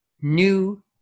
new